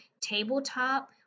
tabletop